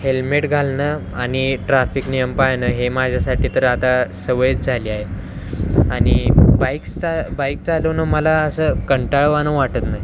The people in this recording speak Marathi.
हेल्मेट घालणं आणि ट्राफिक नियम पाळणं हे माझ्यासाठी तर आता सवयच झाली आहे आणि बाईक्सचा बाईक चालवणं मला असं कंटाळवाणं वाटत नाही